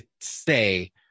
say